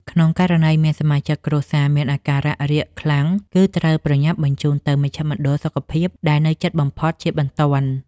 ក្នុងករណីមានសមាជិកគ្រួសារមានអាការៈរាកខ្លាំង គឺត្រូវប្រញាប់បញ្ជូនទៅមណ្ឌលសុខភាពដែលនៅជិតបំផុតជាបន្ទាន់។